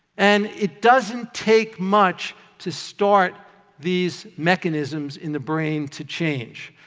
and it doesn't take much to start these mechanisms in the brain to change.